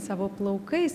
savo plaukais